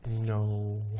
No